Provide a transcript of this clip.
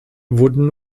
werden